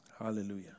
Hallelujah